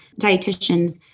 dietitians